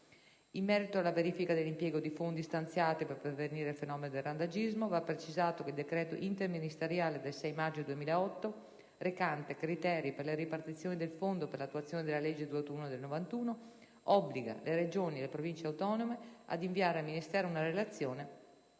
In merito alla verifica dell'impiego dei fondi stanziati per prevenire il fenomeno del randagismo, va precisato che il decreto interministeriale del 6 maggio 2008, recante "Criteri per la ripartizione del fondo per l'attuazione della legge n. 281 del 1991", obbliga le Regioni e le Province autonome a inviare al Ministero una relazione